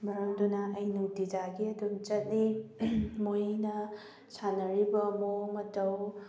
ꯃꯔꯝꯗꯨꯅ ꯑꯩ ꯅꯨꯡꯇꯤꯖꯥꯏꯒꯤ ꯑꯗꯨꯝ ꯆꯠꯂꯤ ꯃꯣꯏꯅ ꯁꯥꯟꯅꯔꯤꯕ ꯃꯑꯣꯡ ꯃꯇꯧ